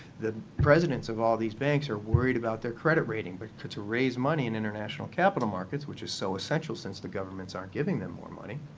the presidents of all these banks are worried about their credit rating. but to to raise money in international capital markets, which is so essential since the governments aren't giving them more money,